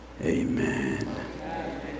Amen